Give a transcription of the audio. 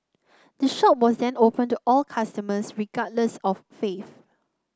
the shop was then opened to all customers regardless of faith